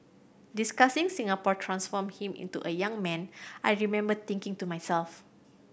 discussing Singapore transformed him into a young man I remember thinking to myself